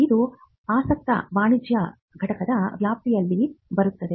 ಇದು ಆಸಕ್ತ ವಾಣಿಜ್ಯ ಘಟಕದ ವ್ಯಾಪ್ತಿಯಲ್ಲಿ ಬರುತ್ತದೆ